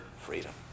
freedom